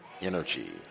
energy